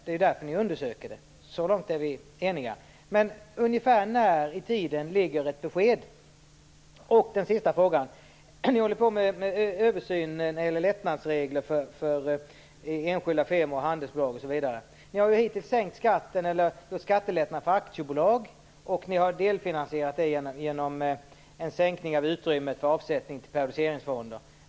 Det är ju därför ni undersöker dem. Så långt är vi eniga. Men ungefär när i tiden ligger ett besked? Sedan var det den sista frågan. Ni håller på med en översyn av lättnadsreglerna för enskilda firmor, handelsbolag osv. Hittills har ni genomfört skattelättnader för aktiebolag. Det har ni delfinansierat genom en sänkning av utrymmet för avsättning till periodiseringsfonder.